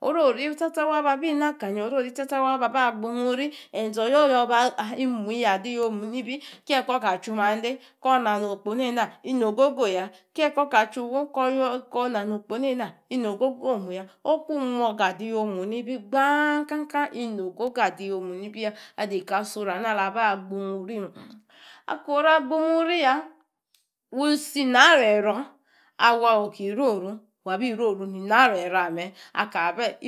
Oriori tsa-tsa wa ba binakanya, oriori tsa-tsa wa ba bagbaimuri, enze. Oyoyo be mui adi- omu nibi. Kie kor ka chumande, kor na nokpo ne-na, inogogo ya. Oku imo̱ga adiomj nibi gbang kankan! inogogo adi-omu nibiya adeka asoru ana alaba gbimuri me. Ako-ru agbimuri ya, wu si nara ero̱ ame oki roru, wabi roru ni nara ero ame akawor